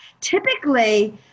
Typically